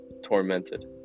tormented